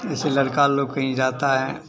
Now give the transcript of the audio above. जैसे लड़का लोग कहीं जाता है